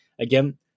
again